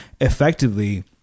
effectively